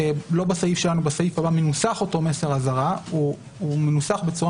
בסעיף הבא מנוסח אותו מסר אזהרה מנוסח בצורה